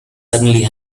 suddenly